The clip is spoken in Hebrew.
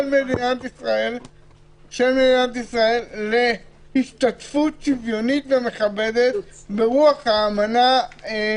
מדינת ישראל להשתתפות שוויונית ומכבדת ברוח האמנה.